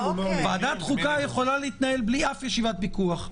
חוקה יכולה להתנהל בלי אף ישיבת פיקוח.